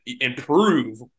improve